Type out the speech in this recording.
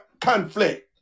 conflict